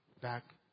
back